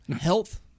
health